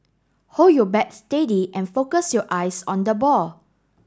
hold your bat steady and focus your eyes on the ball